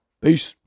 Peace